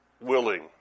willing